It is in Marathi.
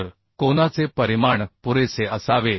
तर कोनाचे परिमाण पुरेसे असावे